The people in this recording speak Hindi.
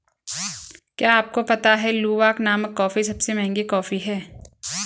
क्या आपको पता है लूवाक नामक कॉफ़ी सबसे महंगी कॉफ़ी है?